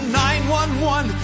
911